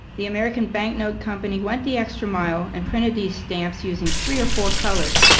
the american bank note company went the extra mile and printed these stamps using three or four colors,